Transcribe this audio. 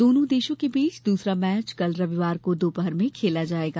दोनों देशों के बीच दूसरा मैच कल रविवार को दोपहर में खेला जायेगा